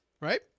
right